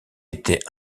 été